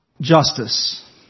justice